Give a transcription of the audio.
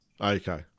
Okay